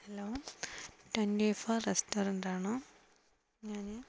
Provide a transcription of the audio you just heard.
hello twenty four restaurant ആണോ ഞാൻ